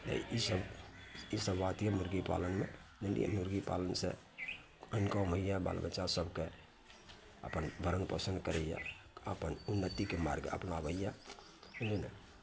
तऽ ई सभ ई सभ बात यऽ मुर्गी पालनमे मुर्गी पालन से इनकम होइए बाल बच्चा सभके अपन भरण पोषण करैए अपन उन्नतिके मार्ग अपनाबैए बुझलियै ने